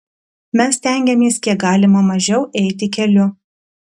mes stengiamės kiek galima mažiau eiti keliu